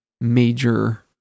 major